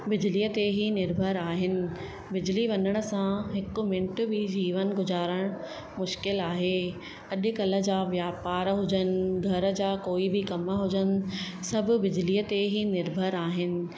बिजलीअ ते ई निर्भरु आहिनि बिजली वञण सां हिकु मिंट बि जीवन गुज़ारणु मुशकिलु आहे अॼुकल्ह जा वापार हुजनि घर जा कोई बि कम हुजनि सभु बिजलीअ ते ई निर्भर आहिनि